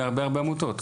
מהרבה הרבה עמותות.